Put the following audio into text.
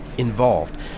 Involved